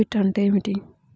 Debit అంటే ఏమిటి?